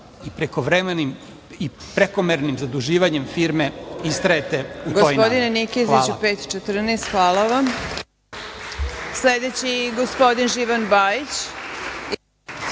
i prekomernim zaduživanjem firme istrajete u toj nameri. Hvala.